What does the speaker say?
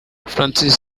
françois